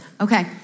Okay